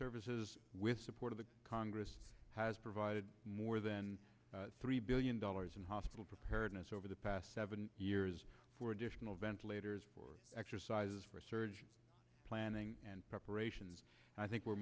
services with support of the congress has provided more than three billion dollars in hospital preparedness over the past seven years for additional ventilators for exercises for surgeon planning and preparations and i think we